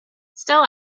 still